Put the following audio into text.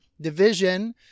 division